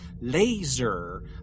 laser